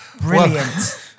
Brilliant